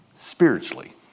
spiritually